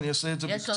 אני אעשה את זה בקצרה.